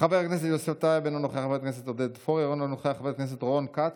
חבר הכנסת יצחק פינדרוס,